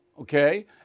Okay